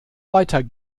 weiter